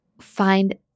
find